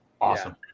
awesome